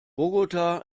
bogotá